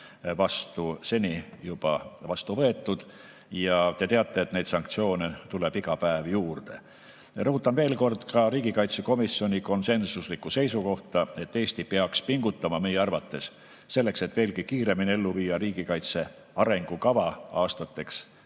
vastu seni juba võetud. Ja te teate, et neid sanktsioone tuleb iga päev juurde. Rõhutan veel kord ka riigikaitsekomisjoni konsensuslikku seisukohta, et Eesti peaks pingutama meie arvates, selleks et veelgi kiiremini ellu viia riigikaitse arengukava aastateks